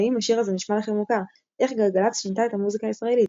ואם השיר הזה נשמע לכם מוכר איך גלגלצ שינתה את המוזיקה הישראלית?,